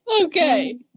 Okay